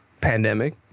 Pandemic